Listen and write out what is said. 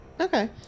Okay